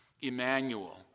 Emmanuel